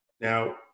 Now